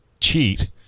cheat